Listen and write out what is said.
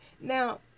Now